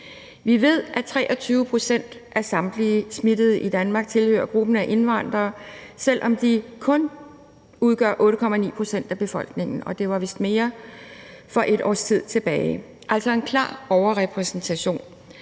Vi ved, at 23 pct. af samtlige smittede i Danmark tilhører gruppen af indvandrere, selv om de kun udgør 8,9 pct. af befolkningen, og det var vist mere for et års tid siden – altså en klar overrepræsentation.